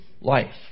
life